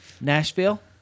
Nashville